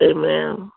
Amen